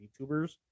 YouTubers